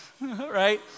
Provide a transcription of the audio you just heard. right